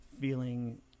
feeling